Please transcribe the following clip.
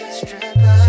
stripper